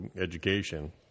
education